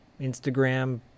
Instagram